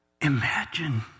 Imagine